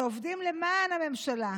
שעובדים למען הממשלה.